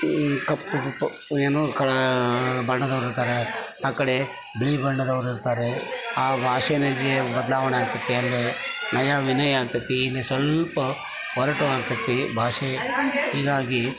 ಈ ಕಪ್ಪು ಕಪ್ಪು ಏನು ಬಣ್ಣದವರು ಇರ್ತಾರೆ ಆ ಕಡೆ ಬಿಳಿ ಬಣ್ಣದವರು ಇರ್ತಾರೆ ಆ ಭಾಷೇನೆ ಜೀ ಬದಲಾವಣೆ ಆಕ್ತದೆ ಅಲ್ಲಿ ನಯ ವಿನಯ ಆಕ್ತದೆ ಇಲ್ಲಿ ಸ್ವಲ್ಪ ಒರಟು ಆಕ್ತದೆ ಭಾಷೆ ಹೀಗಾಗಿ